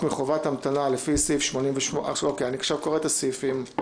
אני עכשיו קורא את הסעיפים.